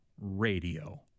radio